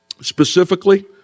specifically